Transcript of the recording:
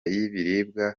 y’ibiribwa